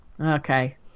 Okay